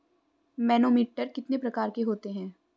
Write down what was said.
Manometer कितने प्रकार के होते हैं?